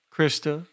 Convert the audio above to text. Krista